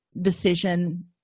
decision